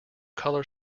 color